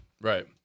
right